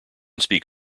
speak